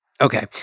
Okay